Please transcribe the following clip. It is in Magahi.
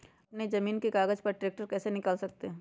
अपने जमीन के कागज पर ट्रैक्टर कैसे निकाल सकते है?